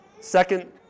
Second